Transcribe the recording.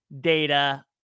data